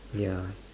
ya